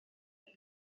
lin